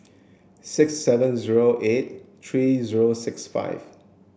six seven zero eight three zero six five